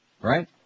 right